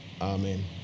Amen